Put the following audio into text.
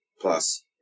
Plus